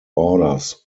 orders